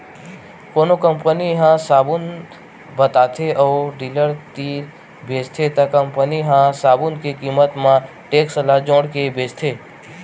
कोनो कंपनी ह साबून बताथे अउ डीलर तीर बेचथे त कंपनी ह साबून के कीमत म टेक्स ल जोड़के बेचथे